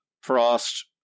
frost